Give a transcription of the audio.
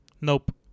nope